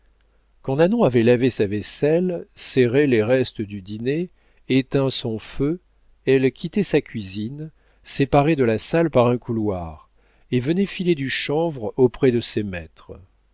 quand nanon avait lavé sa vaisselle serré les restes du dîner éteint son feu elle quittait sa cuisine séparée de la salle par un couloir et venait filer du chanvre auprès de ses maîtres